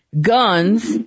guns